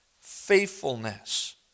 Faithfulness